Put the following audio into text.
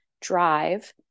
drive